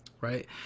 right